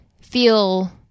feel